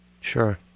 Sure